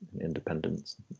independence